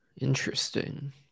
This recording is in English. Interesting